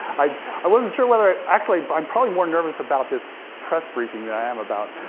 i i wasn't sure whether, actually, but i'm probably more nervous about this press briefing than i am about